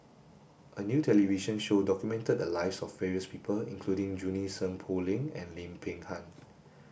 a new television show documented the lives of various people including Junie Sng Poh Leng and Lim Peng Han